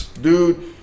Dude